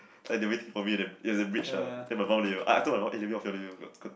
like they waiting for me at the there's a bridge ah then my mum I told my mum eh let me off let me off